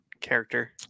character